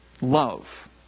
love